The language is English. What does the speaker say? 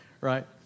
right